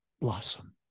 blossom